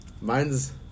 Mine's